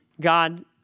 God